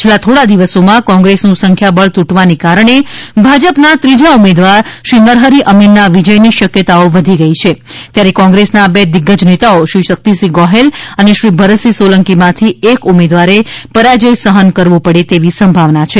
છેલ્લા થોડા દિવસોમાં કોંગ્રેસનું સંખ્યાબળ તૂટવાને કારણે ભાજપના ત્રીજા ઉમેદવાર શ્રી નરહરિ અમીનના વિજય ની શક્યતાઓ વધી ગઈ છે ત્યારે કોંગ્રેસના બે દિઝાજ નેતાઓ શ્રી શક્તિસિંહ ગોહિલ અને શ્રી ભરતસિંહ સોલંકીમાંથી એક ઉમેદવારે પરાજય સહન કરવો પડે તેવી સંભાવના છે